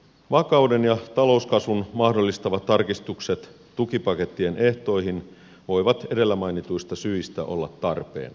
vakauden ja talouskasvun mahdollistavat tarkistukset tukipakettien ehtoihin voivat edellä mainituista syistä olla tarpeen